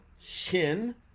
Shin